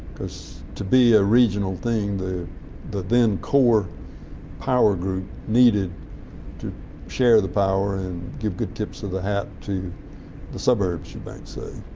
because to be a regional thing the the then core power group needed to share the power and give good tips of the hat to the suburbs you might say.